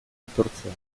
aitortzea